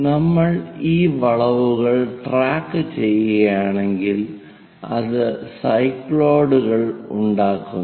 നമ്മൾ ഈ വളവുകൾ ട്രാക്കുചെയ്യുകയാണെങ്കിൽ അത് സൈക്ലോയിഡുകൾ ഉണ്ടാക്കുന്നു